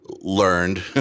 learned